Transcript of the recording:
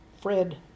Fred